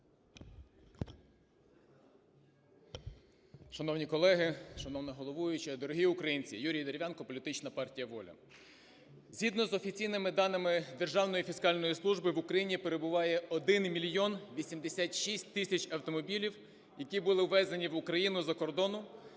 Шановні колеги, шановна головуюча, дорогі українці! Юрій Дерев'янко, політична партія "Воля". Згідно з офіційними даними Державної фіскальної служби в Україні перебуває 1 мільйон 86 тисяч автомобілів, які були ввезені в Україну з-за кордону,